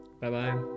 Bye-bye